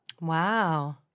Wow